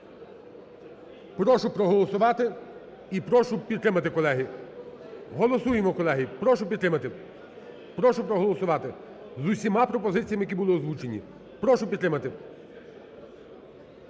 прошу проголосувати і прошу підтримати, колеги. Голосуємо, колеги. Прошу підтримати. Прошу проголосувати з усіма пропозиціями, які були озвучені. Прошу підтримати.